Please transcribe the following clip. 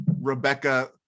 Rebecca